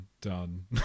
done